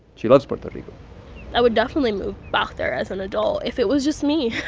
she loves puerto rico i would definitely move back there as an adult if it was just me.